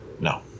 no